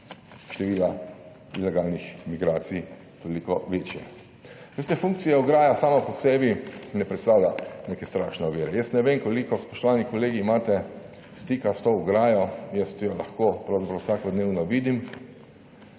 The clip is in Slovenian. števila ilegalnih migracij toliko večji. Veste, funkcija ograje sama po sebi ne predstavlja neke strašne ovire. Jaz ne vem koliko, spoštovani kolegi, imate stika s to ograjo, jaz jo lahko pravzaprav vsakodnevno vidim